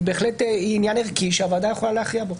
היא בהחלט עניין ערכי שהוועדה יכולה להכריע בו.